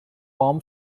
form